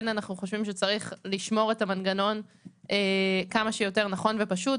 כן אנחנו חושבים שצריך לשמור את המנגנון כמה שיותר נכון ופשוט,